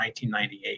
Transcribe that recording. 1998